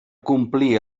complir